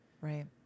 Right